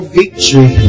victory